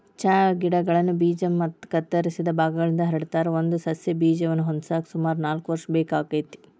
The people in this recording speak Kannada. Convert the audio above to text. ಚಹಾ ಗಿಡಗಳನ್ನ ಬೇಜ ಮತ್ತ ಕತ್ತರಿಸಿದ ಭಾಗಗಳಿಂದ ಹರಡತಾರ, ಒಂದು ಸಸ್ಯ ಬೇಜವನ್ನ ಹೊಂದಾಕ ಸುಮಾರು ನಾಲ್ಕ್ ವರ್ಷ ಬೇಕಾಗತೇತಿ